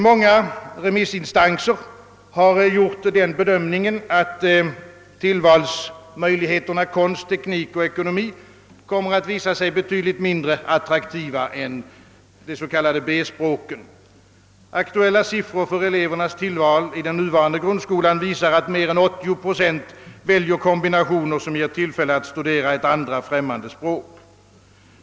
Många remissinstanser har gjort den bedömningen, att tillvalsämnena konst, teknik och ekonomi kommer att visa sig betydligt mindre attraktiva än de s.k. B-språken. Aktuella siffror för elevernas tillval i den nuvarande grundskolan visar, att mer än 80 procent väljer kombinationer som ger tillfälle att studera ett andra främmande språk.